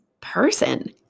person